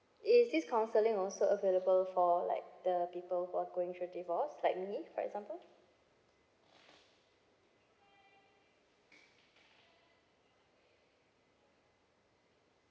is this counselling also available for like the people who're going through divorce like me for example